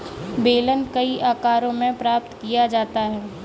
बेलन कई आकारों में प्राप्त किया जाता है